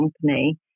company